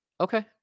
Okay